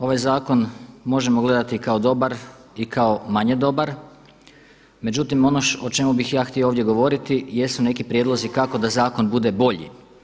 Ovaj zakon možemo gledati kao dobar i kao manje dobar, međutim ono o čemu bih ja ovdje htio govoriti jesu neki prijedlozi kako da zakon bude bolji.